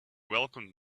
welcomed